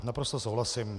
Naprosto souhlasím.